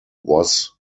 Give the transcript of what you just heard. was